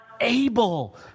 able